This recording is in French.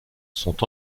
sont